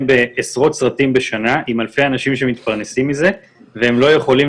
בעשרות סרטים בשנה עם אלפי אנשים שמתפרנסים מזה והם לא יכולים